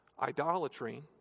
idolatry